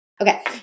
Okay